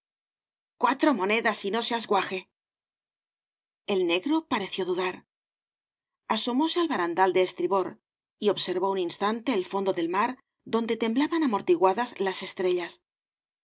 cuatro monedas y no seas guaje el negro pareció dudar asomóse al barandal de estribor y observó un instante ei fondo del mar donde temblaban amortiguadas las estrellas